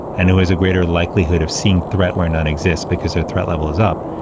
and who has a greater likelihood of seeing threat where none exists because their threat level is up.